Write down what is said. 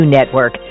Network